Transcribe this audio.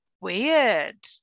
Weird